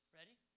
Ready